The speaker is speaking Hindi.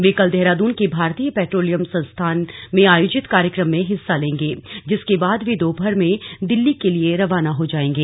वे कल देहरादून के भारतीय पेट्रोलियम संस्थान में आयोजित कार्यक्रम में हिस्सा लेंगे जिसके बाद वे दोपहर में दिल्ली के लिए रवाना हो जांएगे